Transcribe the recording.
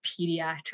pediatric